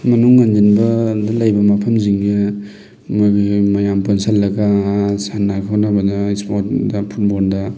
ꯃꯅꯨꯡ ꯍꯟꯖꯟꯕꯗ ꯂꯩꯕ ꯃꯐꯝꯁꯤꯡꯁꯦ ꯃꯣꯏꯒꯤ ꯃꯌꯥꯝ ꯄꯨꯟꯁꯟꯂꯒ ꯁꯥꯟꯅ ꯈꯣꯠꯅꯕꯗ ꯁ꯭ꯄꯣꯔꯠꯇ ꯐꯨꯠꯕꯣꯜꯗ